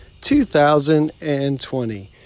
2020